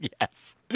Yes